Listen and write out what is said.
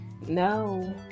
No